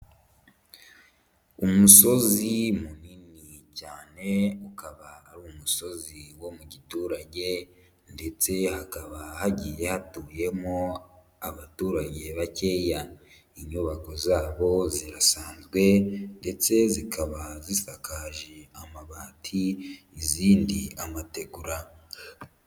Umusozi munini cyane ukaba ari umusozi wo mu giturage ndetse hakaba hayatuyemo abaturage bakeya. Inyubako zabo zirasanzwe ndetse zikaba zisakaje amabati, izindi amategura.